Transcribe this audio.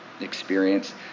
experience